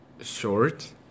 short